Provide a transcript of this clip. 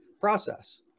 process